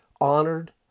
honored